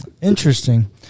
Interesting